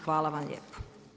Hvala vam lijepa.